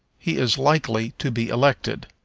he is likely to be elected.